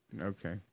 okay